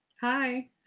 Hi